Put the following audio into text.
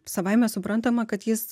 savaime suprantama kad jis